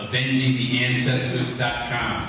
Avengingtheancestors.com